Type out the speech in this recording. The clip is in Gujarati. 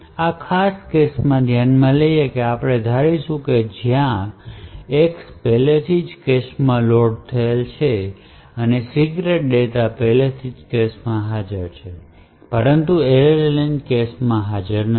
હવે આ ખાસ કેસમાં ધ્યાનમાં લઈએ કે આપણે ધારીશું જ્યાં X પહેલાથી કેશમાં લોડ થયેલ છે અને સીક્રેટ ડેટા પહેલેથી જ કેશમાં હાજર છે પરંતુ array len કેશમાં હાજર નથી